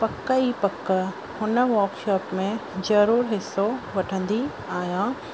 पक ई पक हुन वर्कशॉप में ज़रूर हिसो वठंदी आहियां